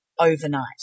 overnight